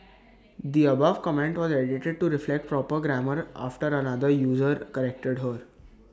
the above comment was edited to reflect proper grammar after another user corrected her